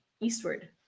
eastward